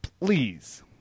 please